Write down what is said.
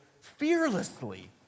fearlessly